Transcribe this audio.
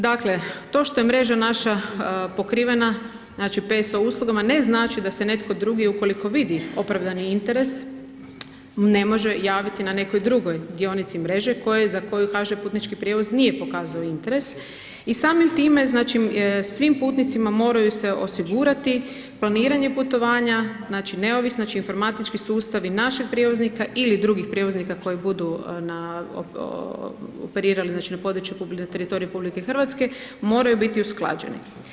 Dakle, to što je mreža naša pokrivena, znači PSO uslugama, ne znači da se netko drugi ukoliko vidi opravdani interes ne može javiti na nekoj drugoj dionici mreže koje, za koju HŽ Putnički prijevoz nije pokazao interes i samim time znači svim putnicima moraju se osigurati planiranje putovanja, znači neovisno, znači informatički sustav i naših prijevoznika ili drugih prijevoznika koji budu na, operirali znači na području, teritoriju RH, moraju biti usklađeni.